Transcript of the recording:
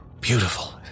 beautiful